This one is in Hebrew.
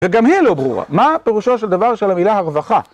וגם היא לא ברורה, מה פירושו של דבר של המילה הרווחה.